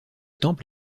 temple